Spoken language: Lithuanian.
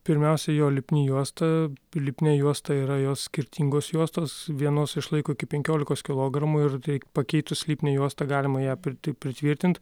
pirmiausia jo lipni juosta lipnia juosta yra jos skirtingos juostos vienos išlaiko iki penkiolikos kilogramų ir reik pakeitus lipnią juostą galima ją prit taip pritvirtint